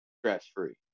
stress-free